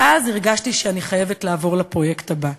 ואז הרגשתי שאני חייבת לעבור לפרויקט הבא.